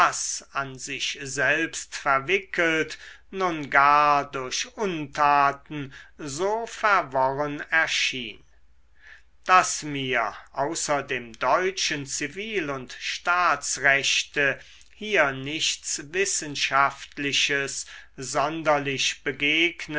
an sich selbst verwickelt nun gar durch untaten so verworren erschien daß mir außer dem deutschen zivil und staatsrechte hier nichts wissenschaftliches sonderlich begegnen